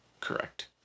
Correct